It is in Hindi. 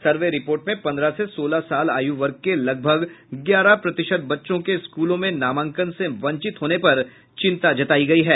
सर्वे रिपोर्ट में पन्द्रह से सोलह साल आयु वर्ग के लगभग ग्यारह प्रतिशत बच्चों के स्कूलों में नामांकन से वंचित होने पर चिंता जतायी गयी है